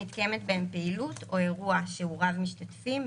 שמתקיימת בהם פעילות או אירוע שהוא רב משתתפים,